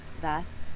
Thus